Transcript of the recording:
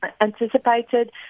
anticipated